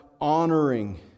honoring